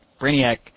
Brainiac